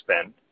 spend